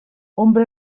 hombre